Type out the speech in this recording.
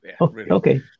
Okay